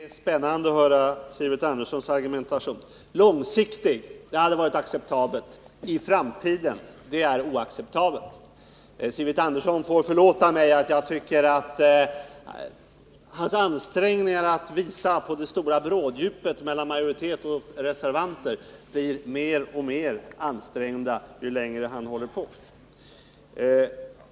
Herr talman! Det är spännande att höra Sivert Anderssons argumentation. ”Långsiktig” hade varit acceptabelt, men ”i framtiden” är oacceptabelt. 181 Sivert Andersson får förlåta mig om jag tycker att hans försök att visa att det finns ett bråddjup mellan majoriteten och reservanterna blir mer och mer ansträngda ju längre han håller på.